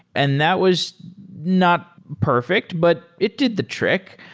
and that was not perfect, but it did the trick.